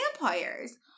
vampires